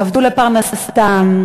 עבדו לפרנסתם,